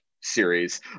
series